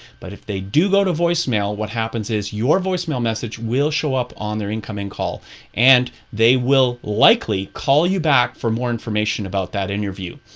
but if they do go to voicemail what happens is your voicemail message will show up on their incoming call and they will likely call you back for more information about that interview.